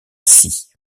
scie